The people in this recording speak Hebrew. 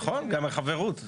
נכון, גם החברות.